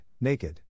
naked